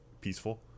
peaceful